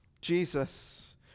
Jesus